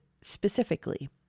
specifically